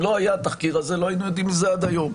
אם התחקיר הזה לא היה לא היינו יודעים על זה עד היום.